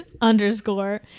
underscore